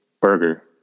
burger